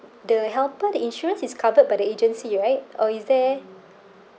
the helper the insurance is covered by the agency right or is there